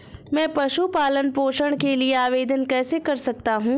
मैं पशु पालन पोषण के लिए आवेदन कैसे कर सकता हूँ?